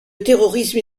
terrorisme